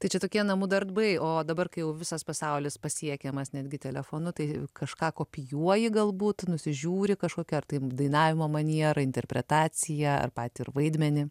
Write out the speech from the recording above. tai čia tokie namų darbai o dabar kai jau visas pasaulis pasiekiamas netgi telefonu tai kažką kopijuoji galbūt nusižiūri kažkokią ar tai dainavimo manierą interpretaciją ar patį vaidmenį